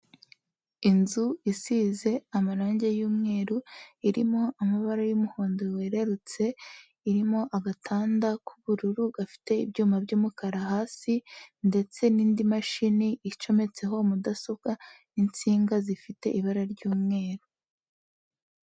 Inzu isize amarange y'umweru irimo amabara y'umuhondo wererutse, irimo agatanda k'ubururu gafite ibyuma by'umukara hasi ndetse n'indi mashini icometseho mudasobwa, insinga zifite ibara ry'umweru.